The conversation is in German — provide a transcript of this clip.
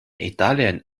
italien